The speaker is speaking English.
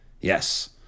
yes